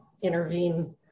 intervene